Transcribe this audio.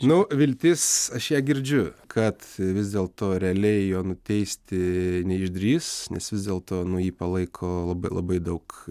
nu viltis aš ją girdžiu kad vis dėlto realiai jo nuteisti neišdrįs nes vis dėlto nu jį palaiko labai labai daug